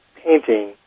painting